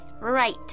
Right